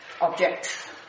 objects